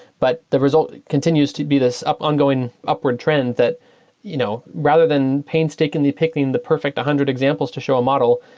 but the result continues to be this ongoing upward trend that you know rather than painstakingly picking the perfect hundred examples to show a model,